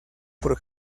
por